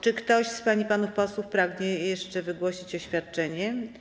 Czy ktoś z pań i panów posłów pragnie jeszcze wygłosić oświadczenie?